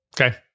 Okay